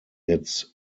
its